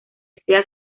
sea